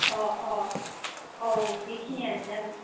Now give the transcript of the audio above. अह अह औ बेखिनियानो जागोन